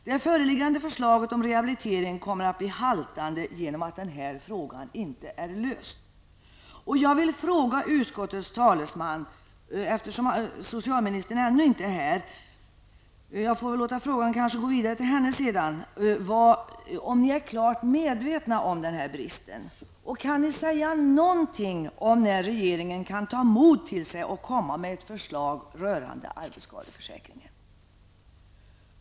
Det föreliggande förslaget om rehabilitering är haltande genom att denna fråga inte är löst. Jag vill fråga utskottets talesman, eftersom socialministern ännu inte är här, men jag tänker sedan låta frågan gå vidare till henne: Är ni klart medvetna om denna brist? Kan ni säga något om när regeringen kan ta mod till sig och komma med ett förslag rörande arbetsskadeförsäkringen?